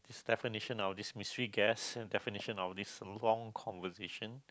definition of this mystery guest and definition of this long conversation